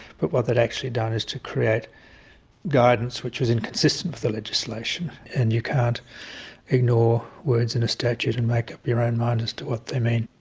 but what they'd actually done is to create guidance which was inconsistent with the legislation. and you can't ignore words in a statute and make up your own mind as to what they mean.